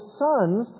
sons